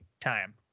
time